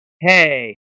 hey